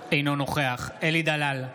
אינו נוכח אלי דלל,